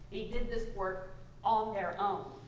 did this work on their own.